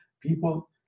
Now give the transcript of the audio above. People